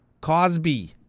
cosby